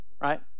right